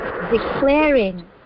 declaring